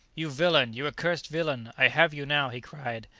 you villain! you accursed villain! i have you now! he cried,